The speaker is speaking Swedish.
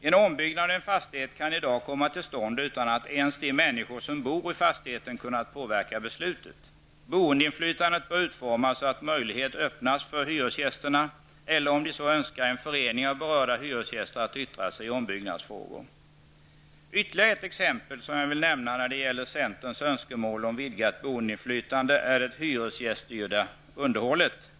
En ombyggnad av en fastighet kan i dag komma tillstånd utan att ens de människor som bor i fastigheten kunnat påverka beslutet. Boendeinflytandet bör utformas så att möjlighet öppnas för hyresgästerna, eller om de så önskar en förening av berörda hyresgäster, att yttra sig i ombyggnadsfrågor. Ytterligare ett exempel, som jag vill nämna, centerns önskemål om vidgat boendeinflytande är det hyresgäststyrda underhållet.